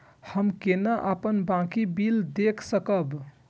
हम केना अपन बाँकी बिल देख सकब?